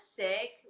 sick